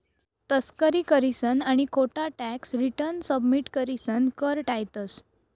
तस्करी करीसन आणि खोटा टॅक्स रिटर्न सबमिट करीसन कर टायतंस